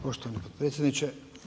Poštovani potpredsjedniče.